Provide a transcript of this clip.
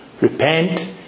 repent